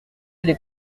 les